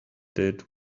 did